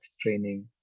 training